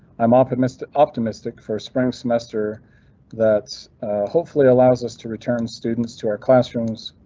i'm optimistic optimistic for spring semester that hopefully allows us to return students to our classrooms.